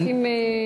רק אם תרצה,